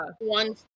One